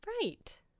Right